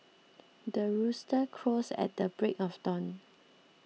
the rooster crows at the break of dawn